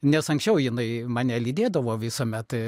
nes anksčiau jinai mane lydėdavo visuomet